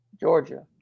Georgia